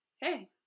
hey